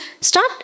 start